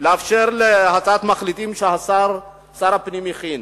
לאפשר להצעת המחליטים ששר הפנים הכין,